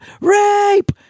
rape